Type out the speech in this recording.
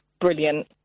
Brilliant